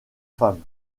femmes